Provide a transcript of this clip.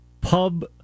Pub